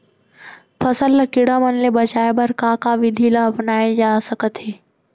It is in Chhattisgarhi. फसल ल कीड़ा मन ले बचाये बर का का विधि ल अपनाये जाथे सकथे?